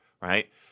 right